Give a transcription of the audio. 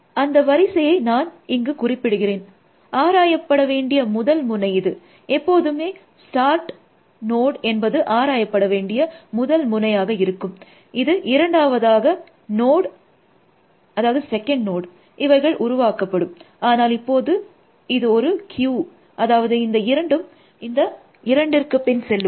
ஸ்லைடின் நேரத்தை ஒப்பிட்டு பார்க்கவும் 3224 அந்த வரிசையை நான் இங்கு குறிப்பிடுகிறேன் ஆராயப்பட வேண்டிய முதல் முனை இது எப்போதுமே ஸ்டார்ட் நோட் என்பது ஆராயப்பட வேண்டிய முதல் முனையாக இருக்கும் இது இரண்டாவதாக நோட் இவைகள் உருவாக்கபப்டும் ஆனால் இப்போது இது ஒரு கியூ அதாவது இந்த இரண்டும் இந்த இரண்டிற்கு பின் செல்லும்